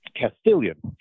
Castilian